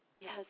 Yes